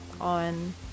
on